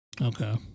Okay